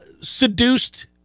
seduced